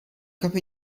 capo